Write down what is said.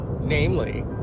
Namely